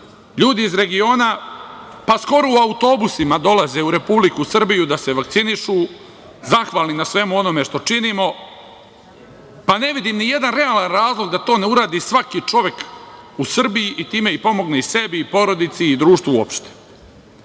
ljudi iz regiona, pa skoro u autobusima dolaze u Republiku Srbiju da se vakcinišu, zahvalni na svemu onome što činimo, pa ne vidim nijedan realan razlog da to ne uradi svaki čovek u Srbiji i time pomogne i sebi i porodici i društvu uopšte.